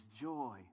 joy